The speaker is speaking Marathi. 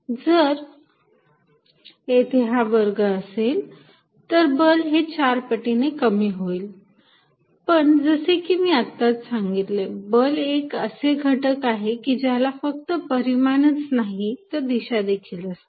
F140q1q2r122 जर येथे हा वर्ग असेल तर बल हे चार पटीने कमी होईल पण जसे की मी आत्ताच सांगितले बल हे एक असे घटक आहे की ज्याला फक्त परीमानच नाही तर दिशा देखील असते